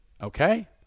Okay